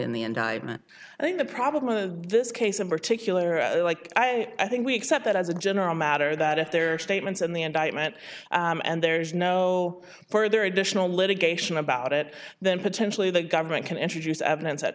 in the indictment i think the problem of this case in particular like i think we accept that as a general matter that if there are statements in the indictment and there's no further additional litigation about it then potentially the government can introduce evidence